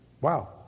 Wow